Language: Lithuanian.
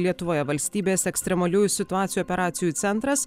lietuvoje valstybės ekstremaliųjų situacijų operacijų centras